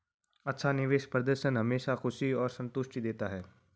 अच्छा निवेश प्रदर्शन हमेशा खुशी और संतुष्टि देता है